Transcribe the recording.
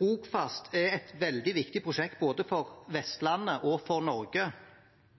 Rogfast er et veldig viktig prosjekt både for